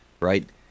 right